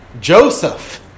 Joseph